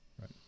Right